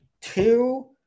Two